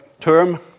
term